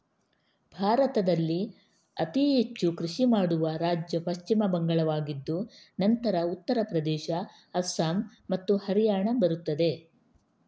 ಭಾರತದಲ್ಲಿ ಅತಿ ಹೆಚ್ಚು ಕೃಷಿ ಮಾಡುವ ರಾಜ್ಯ ಪಶ್ಚಿಮ ಬಂಗಾಳವಾಗಿದ್ದು ನಂತರ ಉತ್ತರ ಪ್ರದೇಶ, ಅಸ್ಸಾಂ ಮತ್ತು ಹರಿಯಾಣ ಬರುತ್ತದೆ